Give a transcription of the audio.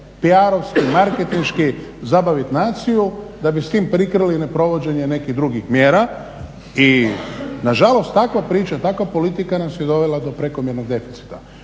PR-ovski, marketinški zabavit naciju da bi s tim prikrili neprovođenje nekih drugih mjera. I na žalost takva priča, takva politika nas je dovela do prekomjernog deficita.